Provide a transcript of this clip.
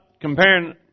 comparing